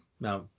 now